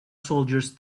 soldiers